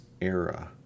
era